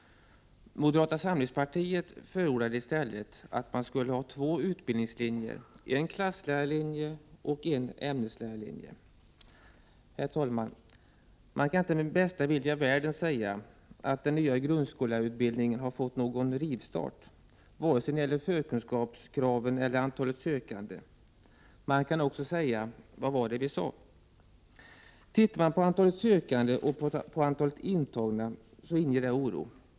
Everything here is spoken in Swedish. Moderata samlingspartiet förordade i stället att man skulle ha två utbildningslinjer, en klasslärarlinje och en ämneslärarlinje. Herr talman! Man kan inte med bästa vilja i världen säga att den nya grundskollärarutbildningen har fått någon rivstart, varken när det gäller förkunskapskraven eller antalet sökande. Man kan också säga: Vad var det vi sade. Antalet sökande och antagna inger oro.